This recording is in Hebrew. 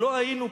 לא היינו פה.